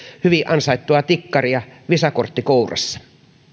hyvin ansaittua tikkaria visa kortti kourassa